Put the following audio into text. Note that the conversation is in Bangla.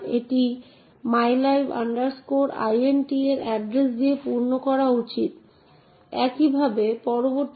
এখন ম্যাট্রিক্সের প্রতিটি কক্ষের সাথে সংশ্লিষ্ট সেই নির্দিষ্ট বস্তুটির উপর সেই বিষয়ের জন্য বিভিন্ন অধিকার রয়েছে